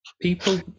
people